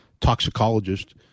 toxicologist